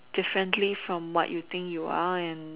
differently from what you think you are and